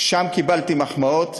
קיבלתי שם מחמאות,